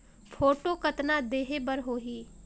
Photo कतना देहें बर होहि?